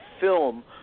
film